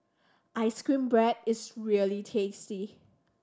ice cream bread is really tasty